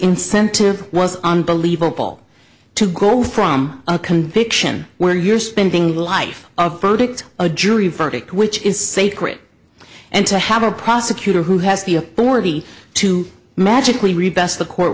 incentive was unbelievable to go from a conviction where you're spending the life of verdict a jury verdict which is sacred and to have a prosecutor who has the authority to magically